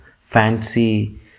fancy